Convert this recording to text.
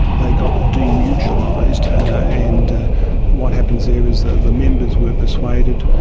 they got de-mutualised and what happens there is the the members were persuaded,